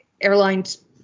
airlines